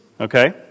okay